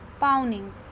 Pounding